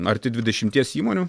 arti dvidešimties įmonių